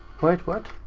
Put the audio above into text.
wait, what?